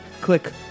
click